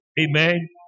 Amen